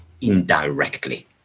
indirectly